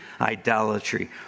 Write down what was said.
idolatry